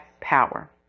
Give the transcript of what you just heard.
power